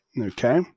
Okay